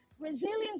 Resilience